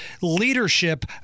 leadership